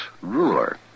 ruler